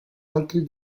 altri